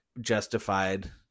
justified